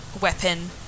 weapon